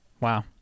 wow